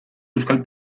euskal